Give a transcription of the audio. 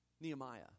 Nehemiah